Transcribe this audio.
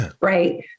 right